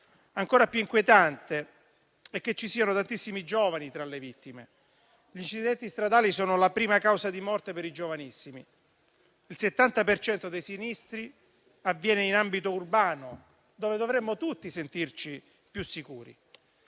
Ancora più inquietante è che ci siano tantissimi giovani tra le vittime: gli incidenti stradali sono la prima causa di morte per i giovanissimi; il 70 per cento dei sinistri avviene in ambito urbano, dove dovremmo tutti sentirci più sicuri.